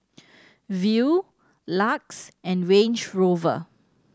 Viu LUX and Range Rover